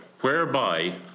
whereby